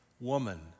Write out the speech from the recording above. Woman